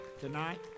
tonight